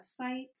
website